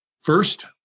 first